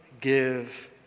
give